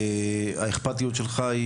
האכפתיות שלך,